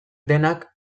denak